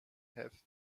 have